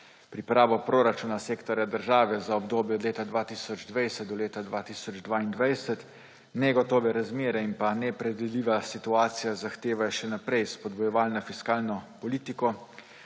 pripravo proračuna sektorja država za obdobje od 2020 do 2022. Negotove razmere in pa nepredvidljiva situacija zahtevajo še naprej spodbujevalno fiskalno politiko.